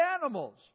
animals